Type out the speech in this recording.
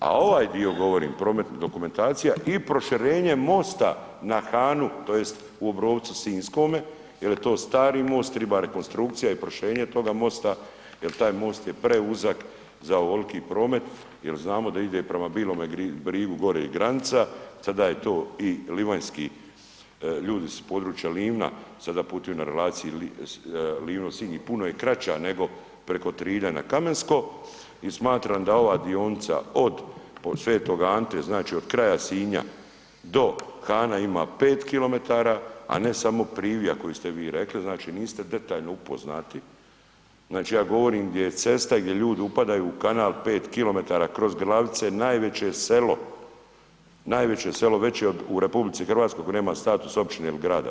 A ovaj dio govorim prometna dokumentacija i proširenje mosta na Hanu tj. u Obrovcu Sinjskome jer je to stari most, treba rekonstrukcija i proširenje toga mosta jer taj most je preuzak za ovoliki promet jer znamo da ide prema Bilome Brigu gore je granica, sada je to i livanjski, ljudi s područja Livna sada putuju na relaciji Livno-Sinj i puno je kraća nego preko Trilja na Kamensko i smatram da ova dionica od sv. Ante znači od kraja Sinja do Hana ima 5 km, a ne samo Privija koju ste vi rekli, znači niste detaljno upoznati, znači ja govorim gdje je cesta i gdje ljudi upadaju u kanal 5 km kroz Glavice najveće selo, najveće selo, većeg u RH nema, status općine ili grada.